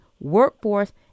workforce